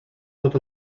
tot